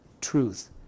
truth